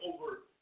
over